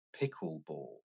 pickleball